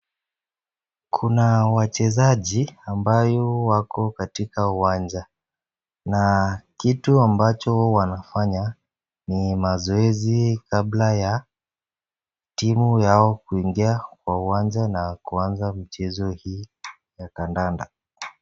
Kuna wachezaji ambayo wako katika uwanja na kitu ambacho wanafanya ni mazoezi kabla ya timu yao kuingia kwa uwanja na kuanza mchezo hii ya kandanda.